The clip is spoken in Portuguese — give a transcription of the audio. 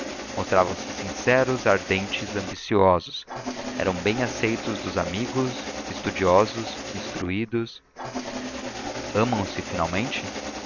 e sobeja mostravam-se sinceros ardentes ambiciosos eram bem aceitos dos amigos estudiosos instruídos amam se finalmente